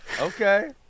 Okay